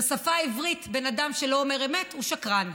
בשפה העברית בן אדם שלא אומר אמת הוא שקרן.